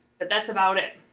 but, that's about it.